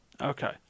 Okay